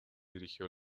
dirigió